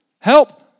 help